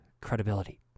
credibility